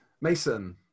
Mason